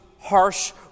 harsh